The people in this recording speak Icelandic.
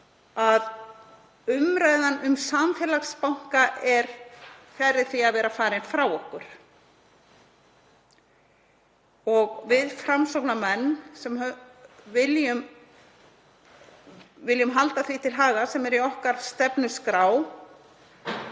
að umræðan um samfélagsbanka er fjarri því að vera farin frá okkur. Við Framsóknarmenn viljum halda því til haga, sem er í stefnuskrá